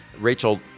Rachel